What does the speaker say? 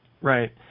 Right